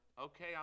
okay